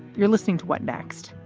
you're listening to what next?